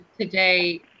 today